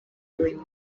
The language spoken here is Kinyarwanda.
uyu